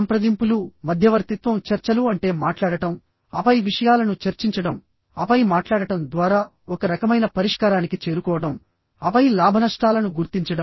సంప్రదింపులు మధ్యవర్తిత్వం చర్చలు అంటే మాట్లాడటం ఆపై విషయాలను చర్చించడం ఆపై మాట్లాడటం ద్వారా ఒక రకమైన పరిష్కారానికి చేరుకోవడం ఆపై లాభనష్టాలను గుర్తించడం